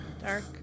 dark